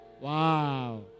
Wow